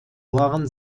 waren